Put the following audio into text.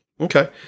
Okay